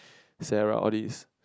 Sarah all this